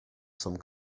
some